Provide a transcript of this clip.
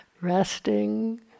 Resting